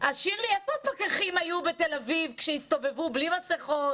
איפה היו הפקחים בתל אביב כשאנשים הסתובבו ללא מסכות